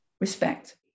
respect